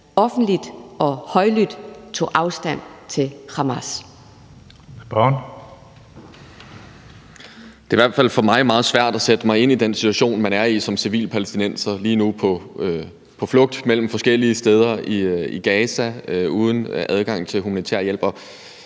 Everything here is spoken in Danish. offentligt og højlydt tog afstand fra Hamas.